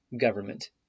government